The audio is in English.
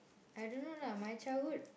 I don't know lah my childhood